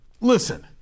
Listen